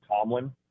Tomlin